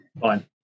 Fine